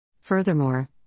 Furthermore